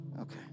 okay